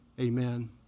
Amen